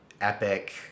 epic